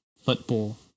football